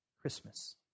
Christmas